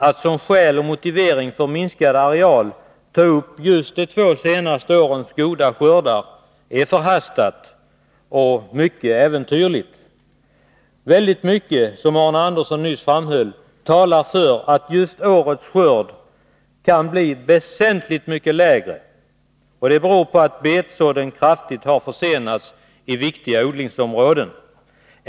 Att som skäl och motivering för minskad areal ta upp just de två senaste årens goda skördar är förhastat och mycket äventyrligt. Mycket talar för — som Arne Andersson i Ljung nyss framhöll — att just årets skörd kan bli väsentligt mycket lägre. Det beror på att betsådden kraftigt har försenats i viktiga odlingsområden.